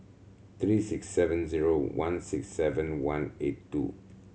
three six seven zero one six seven one eight two